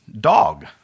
dog